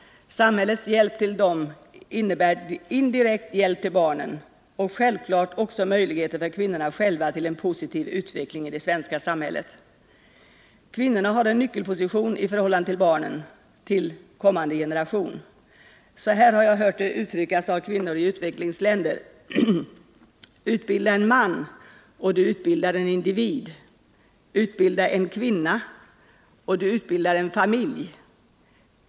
Samhällets hjälp till dem innebär indirekt hjälp till barnen och självklart också möjligheter för kvinnorna själva till en positiv utveckling i det svenska samhället. Kvinnorna har en nyckelposition i förhållande till barnen, till kommande generation. Så här har jag hört det uttryckas av kvinnor i utvecklingsländer: ”Utbilda en man och du utbildar en individ. Utbilda en kvinna och du utbildar en familj.